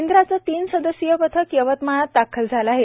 केंद्राचं तीन सदस्यीय पथक यवतमाळात दाखल झालं आहे